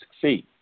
succeed